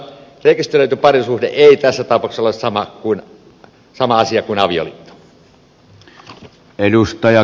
rekisteröity parisuhde ei tässä tapauksessa ole sama asia kuin avioliitto